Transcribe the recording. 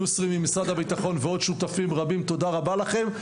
יוסרי ממשרד הביטחון ועוד שותפים רבים תודה רבה לכם.